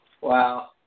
wow